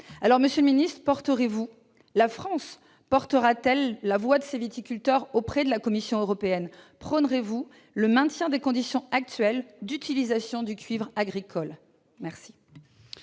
Aussi, monsieur le ministre, la France portera-t-elle la voix de ses viticulteurs auprès de la Commission européenne ? Prônerez-vous le maintien des conditions actuelles d'utilisation du cuivre agricole ? La